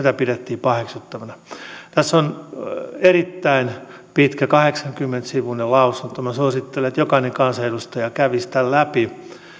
tätä pidettiin paheksuttavana tässä on erittäin pitkä kahdeksankymmentä sivuinen lausunto minä suosittelen että jokainen kansanedustaja kävisi tämän läpi